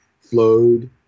flowed